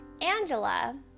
Angela